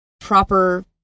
proper